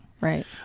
right